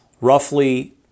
roughly